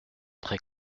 très